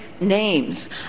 names